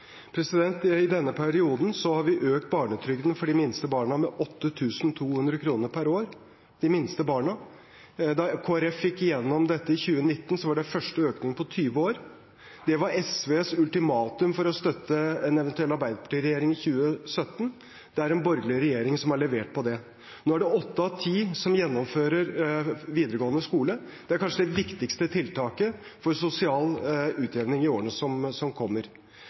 I denne perioden har vi økt barnetrygden for de minste barna med 8 200 kr per år – for de minste barna. Da Kristelig Folkeparti fikk dette gjennom i 2019, var det første økning på 20 år. Det var SVs ultimatum for å støtte en eventuell Arbeiderparti-regjering i 2017. Det er en borgerlig regjering som har levert på det. Nå er det åtte av ti som gjennomfører videregående skole. Det er kanskje det viktigste tiltaket for sosial utjevning i årene som kommer. For næringslivet er det ikke ett tiltak som